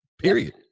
period